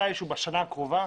מתישהו בשנה הקרובה.